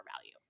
value